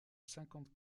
cinquante